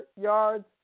yards